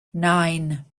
nine